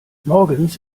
morgens